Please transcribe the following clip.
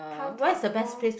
come talk more